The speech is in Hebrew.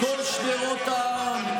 מכל שדרות העם.